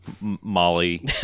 Molly